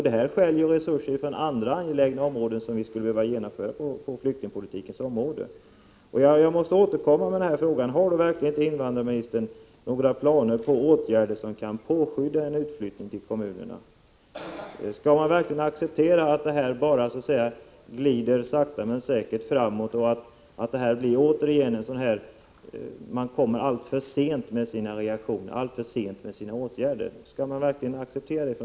Detta stjäl resurser från andra angelägna åtgärder som vi skulle vilja genomföra på flyktingpolitikens område. Jag måste återigen fråga: Har verkligen inte invandrarministern några planer på åtgärder som kan påskynda en utflyttning till kommunerna? Skall man från regeringens sida acceptera att den här verksamheten bara så att säga glider sakta framåt och att man ännu en gång kommer alltför sent med sina åtgärder?